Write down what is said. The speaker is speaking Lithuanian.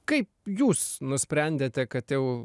kaip jūs nusprendėte kad jau